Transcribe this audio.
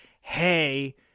Hey